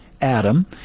Adam